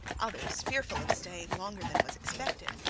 others, fearful of staying longer than was expected,